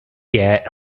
get